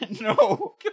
No